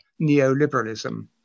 neoliberalism